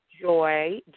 Joy